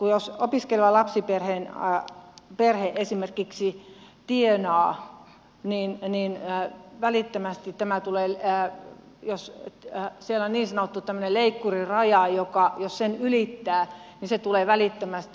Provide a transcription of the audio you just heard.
jos opiskeleva lapsiperhe esimerkiksi tienaa niinpä niin tai välittömästi tämä tulee lisää jos siellä on niin sanottu tämmöinen leikkuriraja jos sen ylittää niin se tulee välittömästi